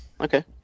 Okay